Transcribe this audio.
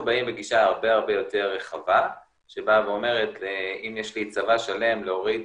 אנחנו באים בגישה הרבה יותר רחבה שאומרת שאם יש לי צבא שלם להוריד